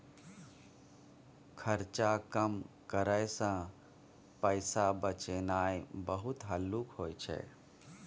खर्चा कम करइ सँ पैसा बचेनाइ बहुत हल्लुक होइ छै